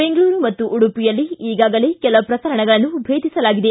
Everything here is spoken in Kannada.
ಬೆಂಗಳೂರು ಉಡುಪಿಯಲ್ಲಿ ಈಗಾಗಲೇ ಕೆಲ ಪ್ರಕರಣಗಳನ್ನು ಭೇದಿಸಲಾಗಿದೆ